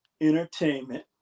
entertainment